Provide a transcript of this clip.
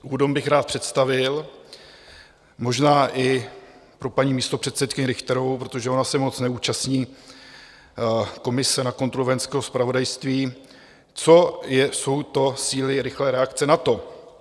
Úvodem bych rád představil, možná i pro paní místopředsedkyni Richterovou, protože ona se moc neúčastní komise na kontrolu vojenského zpravodajství, co jsou to síly rychlé reakce NATO.